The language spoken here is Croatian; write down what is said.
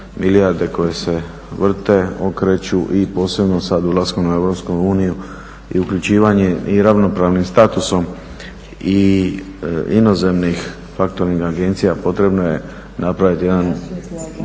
milijarde koje se vrte, okreću i posebno sad ulaskom u EU i uključivanje i ravnopravnim statusom, i inozemnih faktoring agencija potrebno je napraviti jedan